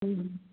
اۭں